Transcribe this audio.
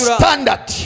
standard